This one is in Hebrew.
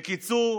בקיצור,